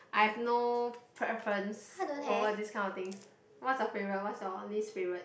I have no preference over this kind of things what's your favorite what's your least favorite